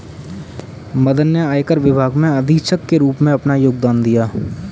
मदन ने आयकर विभाग में अधीक्षक के रूप में अपना योगदान दिया